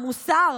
מוסר,